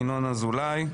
ינון אזולאי.